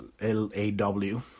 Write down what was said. L-A-W